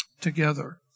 together